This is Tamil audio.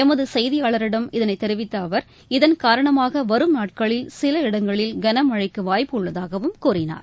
எமது செய்தியாளரிடம் இதனை தெரிவித்த அவர் இதன் காரணமாக வரும் நாட்களில் சில இடங்களில் கனமழைக்கு வாய்ப்பு உள்ளதாகவும் கூறினார்